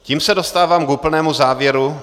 Tím se dostávám k úplnému závěru.